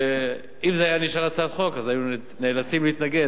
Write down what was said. אם זה היה נשאר הצעת חוק היינו נאלצים להתנגד,